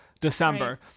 December